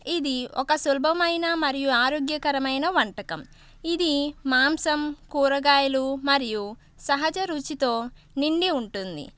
ఇది ఒక సులభమైన మరియు ఆరోగ్యకరమైన వంటకం ఇది మాంసం కూరగాయలు మరియు సహజ రుచితో నిండి ఉంటుంది